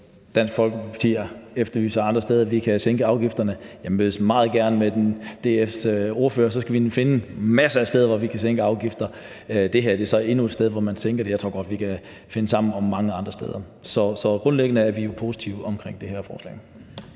Dansk Folkeparti efterlyser andre steder, hvor vi kan sænke afgifterne; jeg mødes meget gerne med DF's ordfører, og så skal vi finde masser af steder, hvor vi kan sænke afgifter. Det her er så endnu et sted, hvor vi kan sænke den, og jeg tror godt, at vi kan finde sammen om at gøre det mange andre steder. Så grundlæggende er vi positive over for det her forslag.